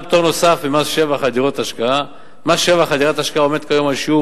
פטור נוסף ממס שבח על דירות השקעה: מס שבח על דירת השקעה כיום הוא בשיעור